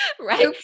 Right